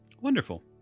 Wonderful